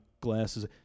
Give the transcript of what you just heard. glasses